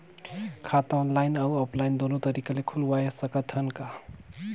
खाता ऑनलाइन अउ ऑफलाइन दुनो तरीका ले खोलवाय सकत हन का?